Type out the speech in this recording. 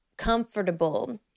Comfortable